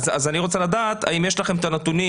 אז אני רוצה לדעת האם יש לכם את הנתונים